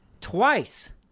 Twice